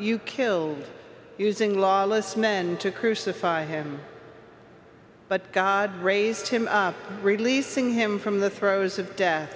you killed using lawless men to crucify him but god raised him releasing him from the throes of death